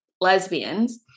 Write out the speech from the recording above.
lesbians